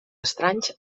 estranys